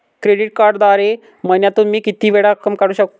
Credit कार्डद्वारे महिन्यातून मी किती वेळा रक्कम काढू शकतो?